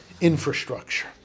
infrastructure